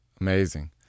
Amazing